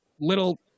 little